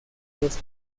los